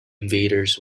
invaders